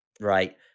right